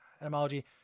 Etymology